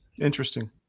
interesting